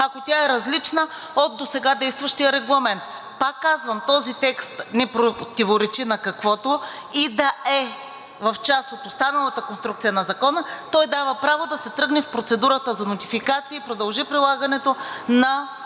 ако тя е различна от досега действащия регламент. Пак казвам, този текст не противоречи на каквото и да е в част от останалата конструкция на Закона. Той дава право да се тръгне в процедурата за нотификации и продължи прилагането на